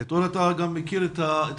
אתה מכיר גם את הנוער,